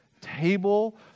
table